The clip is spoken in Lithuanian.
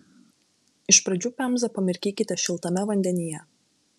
iš pradžių pemzą pamirkykite šiltame vandenyje